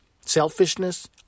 Selfishness